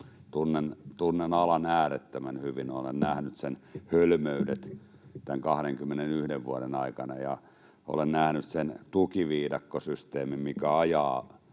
Tunnen alan äärettömän hyvin. Olen nähnyt sen hölmöydet tämän 21 vuoden aikana, ja olen nähnyt sen tukiviidakkosysteemin, mikä ajaa